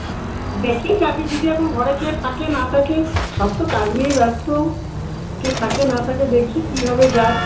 দেখি কাকে যদি এখন ঘরে কে থাকে না থাকে সব তো কাজ নিয়ে ব্যস্ত কে থাকে না থাকে দেখি কীভাবে যাই